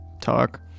talk